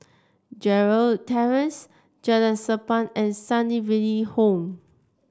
Gerald Terrace Jalan Sappan and Sunnyville Home